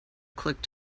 click